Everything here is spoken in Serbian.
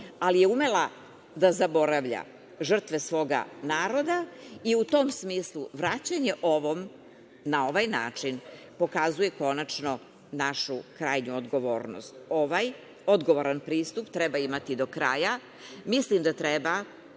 ali je umela da zaboravlja žrtve svoga naroda. U tom smislu, vraćanje ovom na ovaj način pokazuje konačno našu krajnju odgovornost. Ovaj odgovoran pristup treba imati do kraja. Mislim da treba